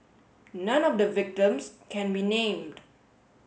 none of the victims can be named